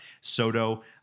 Soto